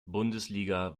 bundesliga